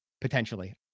potentially